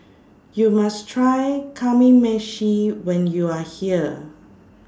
YOU must Try Kamameshi when YOU Are here